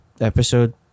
episode